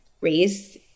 raised